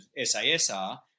SASR